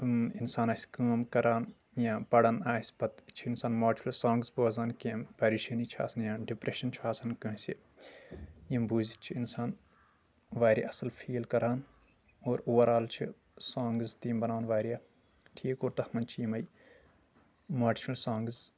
انسان آسہِ کٲم کران یا پران آسہِ پتہٕ چھُ انسان ماٹویس سونٛگٕس بوزان کینٛہہ پریشٲنی چھِ آسان یا ڈپریشن چھُ آسان کٲنٛسہِ یِم بوٗزِتھ چھُ انسان واریاہ اصل فیٖل کران اور اووَر آل چھِ سونٛگٕس تہِ یِم بناوان واریاہ ٹھییٖک اور تَتھ منٛز چھِ یمٕے ماٹویشنل سونٛگٕس